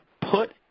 put